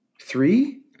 three